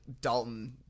Dalton –